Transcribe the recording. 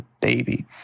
baby